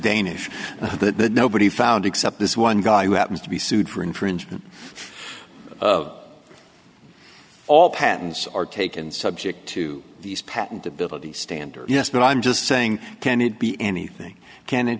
danish that nobody found except this one guy who happens to be sued for infringement of all patents are taken subject to these patentability standard yes but i'm just saying can it be anything can